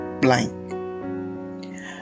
blank